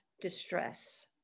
distress